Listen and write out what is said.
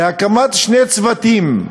להקמת שני צוותים: